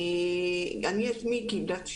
אני עצמי כבדת שמיעה,